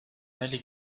allée